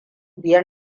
biyar